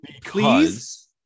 please